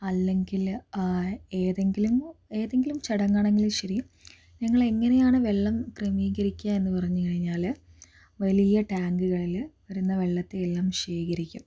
അല്ലെങ്കില് ഏതെങ്കിലും ഏതെങ്കിലും ചടങ്ങാണെങ്കിലും ശരി ഞങ്ങള് എങ്ങനെയാണ് വെള്ളം ക്രമീകരിക്കുക എന്ന് പറഞ്ഞു കഴിഞ്ഞാല് വലിയ ടാങ്കുകളില് വരുന്ന വെള്ളത്തെ എല്ലാം ശേഖരിക്കും